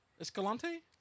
Escalante